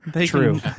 true